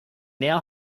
now